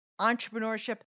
entrepreneurship